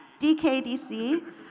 DKDC